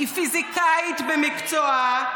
היא פיזיקאית במקצועה,